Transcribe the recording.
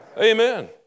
Amen